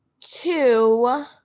Two